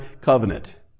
covenant